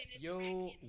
Yo